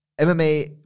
MMA